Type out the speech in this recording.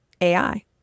AI